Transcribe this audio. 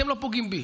אתם לא פוגעים בי,